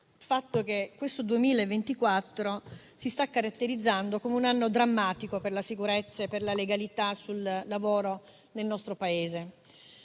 dal fatto che questo 2024 si sta caratterizzando come un anno drammatico per la sicurezza e per la legalità sul lavoro nel nostro Paese.